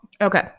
Okay